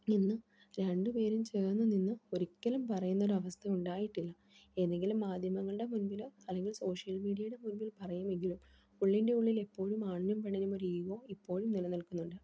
ഇന്ന് രണ്ടുപേരും ചേർന്നുനിന്ന് ഒരിക്കലും പറയുന്നൊരവസ്ഥ ഉണ്ടായിട്ടില്ല ഏതെങ്കിലും മാധ്യമങ്ങളുടെ മുൻപിൽ അല്ലെങ്കിൽ സോഷ്യൽ മീഡിയയുടെ മുൻപിൽ പറയുമെങ്കിലും ഉള്ളിൻ്റെ ഉള്ളിൽ എപ്പോഴും ആണിനും പെണ്ണിനും ഒരു ഈഗോ ഇപ്പോഴും നിലനിൽക്കുന്നുണ്ട്